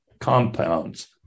compounds